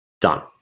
done